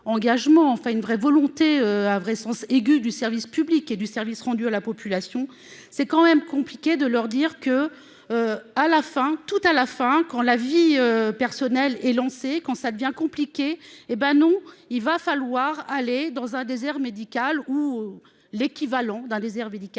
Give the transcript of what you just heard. enfin une vraie volonté à vrai sens aigu du service public et du service rendu à la population, c'est quand même compliqué de leur dire que, à la fin tout à la fin, quand la vie personnelle et lancé quand ça devient compliqué, hé ben non, il va falloir aller dans un désert médical ou l'équivalent dans les airs, médical,